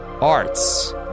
Arts